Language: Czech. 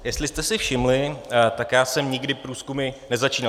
Jestli jste si všimli, tak já jsem nikdy průzkumy nezačínal.